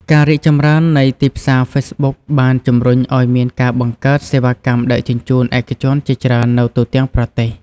ការរីកចម្រើននៃទីផ្សារហ្វេសប៊ុកបានជំរុញឱ្យមានការបង្កើតសេវាកម្មដឹកជញ្ជូនឯកជនជាច្រើននៅទូទាំងប្រទេស។